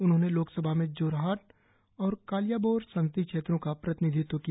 उन्होंने लोकसभा में जोरहाट और कालियाबोर संसदीय क्षेत्रों का प्रतिनिधित्व किया